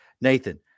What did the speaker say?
Nathan